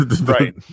right